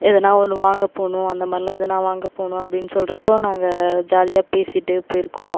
எதனா ஒன்று வாங்க போகணும் அந்தமாதிரிலாம் எதனா வாங்க போகணும் அப்படின்னு சொல்கிறப்போ நாங்கள் ஜாலியாக பேசிகிட்டே போயிருக்கோம்